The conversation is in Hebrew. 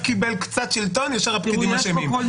רק קיבל קצת שלטון, ישר הפקידים אשמים.